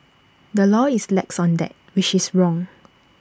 the law is lax on that which is wrong